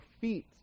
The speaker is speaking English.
feet